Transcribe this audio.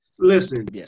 Listen